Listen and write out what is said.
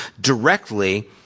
directly